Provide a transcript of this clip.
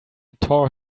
tore